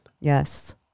Yes